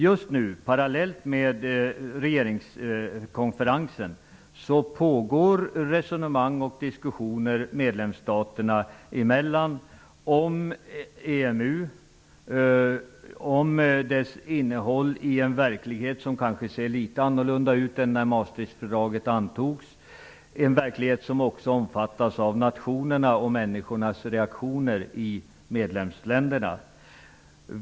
Just nu, parallellt med regeringskonferensen, pågår resonemang och diskussioner medlemsstaterna emellan om EMU:s innehåll, i en verklighet som kanske ser litet annorlunda ut än när Maastrichtfördraget antogs, bl.a. på grund av de enskilda människornas reaktioner i medlemsländerna.